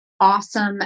awesome